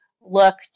look